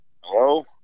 Hello